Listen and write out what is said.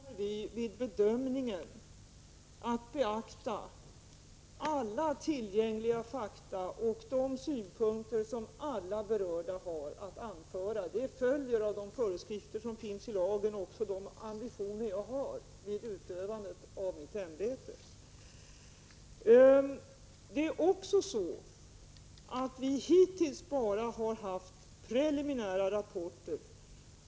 Herr talman! Självfallet kommer vi vid bedömningen att beakta alla tillgängliga fakta och de synpunkter som alla berörda har att anföra. Det följer av föreskrifterna i lagen och av de ambitioner som jag har vid utövandet av mitt ämbete. Vi har hittills bara fått preliminära rapporter.